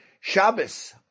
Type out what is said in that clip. Shabbos